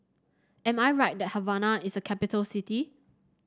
am I right that Havana is a capital city